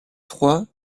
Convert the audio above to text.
froid